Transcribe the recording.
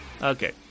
Okay